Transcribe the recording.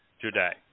today